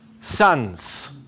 sons